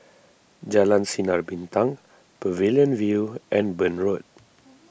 Jalan Sinar Bintang Pavilion View and Burn Road